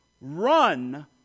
Run